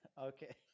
Okay